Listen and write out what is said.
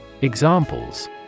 Examples